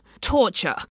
torture